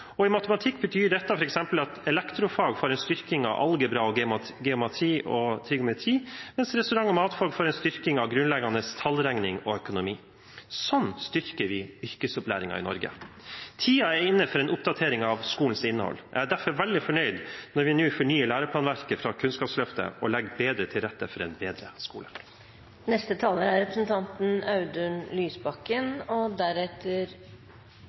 matematikk, betyr dette f.eks. at elektrofag får en styrking av algebra, geometri og trigonometri, mens restaurant- og matfag får en styrking av grunnleggende tallregning og økonomi. Sånn styrker vi yrkesopplæringen i Norge. Tiden er inne for en oppdatering av skolens innhold. Jeg er derfor veldig fornøyd når vi nå fornyer læreplanverket fra Kunnskapsløftet og legger bedre til rette for en bedre skole.’ Jeg må et lite øyeblikk tilbake til kvalitetsvurderingssystemet, for det er